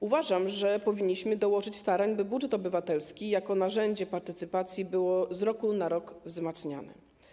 Uważam, że powinniśmy dołożyć starań, by budżet obywatelski jako narzędzie partycypacji był z roku na rok wzmacniany.